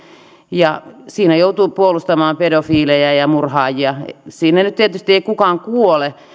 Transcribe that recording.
ja siinä joutuu puolustamaan pedofiilejä ja ja murhaajia siinä nyt tietysti ei kukaan kuole